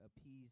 appease